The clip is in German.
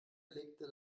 legte